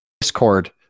Discord